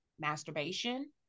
masturbation